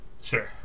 Sure